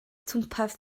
twmpath